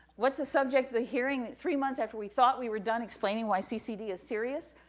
what's the subject of the hearing, three months after we thought we were done, explaining why ccd is serious.